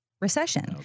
recession